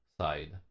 side